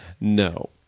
No